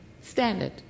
Standard